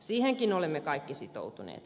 siihenkin olemme kaikki sitoutuneet